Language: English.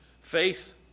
faith